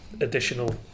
Additional